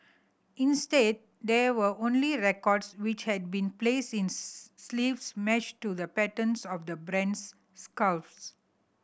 instead there were only records which had been placed in sleeves matched to the patterns of the brand's scarves